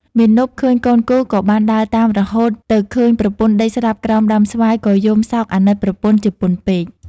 មាណពឃើញកូនគោក៏បានដើរតាមរហូតទៅឃើញប្រពន្ធដេកស្លាប់ក្រោមដើមស្វាយក៏យំសោកអាណិតប្រពន្ធជាពន់ពេក ។